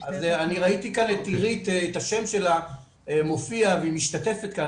אני ראיתי כאן את עירית והיא משתתפת כאן.